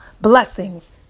Blessings